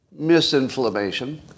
misinflammation